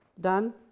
done